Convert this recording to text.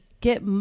get